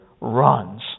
runs